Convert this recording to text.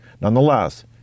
Nonetheless